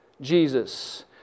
Jesus